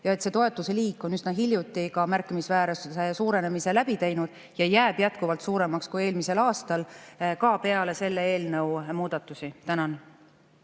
See toetuseliik on üsna hiljuti ka märkimisväärse suurenemise läbi teinud ja jääb jätkuvalt suuremaks kui eelmisel aastal ka peale selle eelnõu muudatusi. Alar